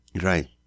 Right